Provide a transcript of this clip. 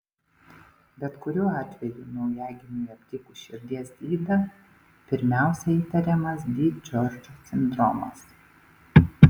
bet kuriuo atveju naujagimiui aptikus širdies ydą pirmiausia įtariamas di džordžo sindromas